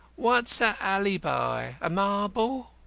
what's a alleybi? a marble?